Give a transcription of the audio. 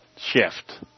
shift